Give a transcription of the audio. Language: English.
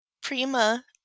Prima